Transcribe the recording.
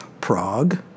Prague